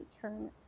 turn